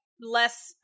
less